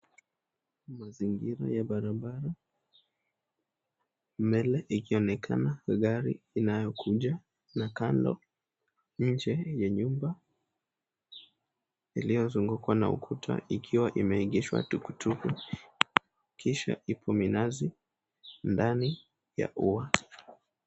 Mazingira ya barabara mbele ikionekana gari inayokuja na kando nje ya nyumba iliyozungukwa na ukuta ikiwa imeegeshwa tukutuku kisha ipo minazi ndani ya ua.